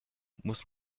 muss